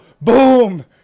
boom